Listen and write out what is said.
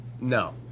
No